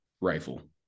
rifle